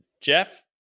Jeff